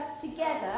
together